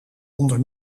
onder